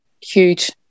huge